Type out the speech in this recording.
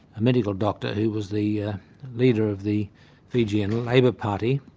a medical doctor who was the leader of the fijian labour party,